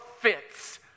fits